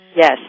Yes